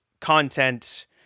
content